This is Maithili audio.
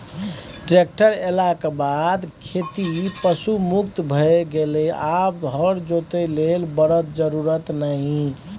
ट्रेक्टर एलाक बाद खेती पशु मुक्त भए गेलै आब हर जोतय लेल बरद जरुरत नहि